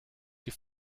die